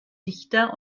dichter